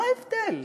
מה ההבדל?